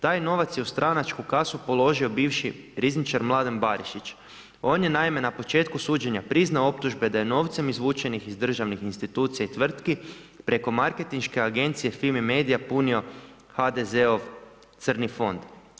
Taj novac je u stranačku kasu položio bivši rizničar Mladen Barišić, on je naime, na početku suđenja, priznao optužbe da je novcem izvučenih iz državnih institucija i tvrtke preko marketinške agencije FIMI Medija punio HDZ-ov crni fond.